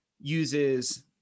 uses